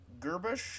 Gerbush